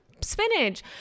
spinach